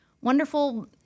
wonderful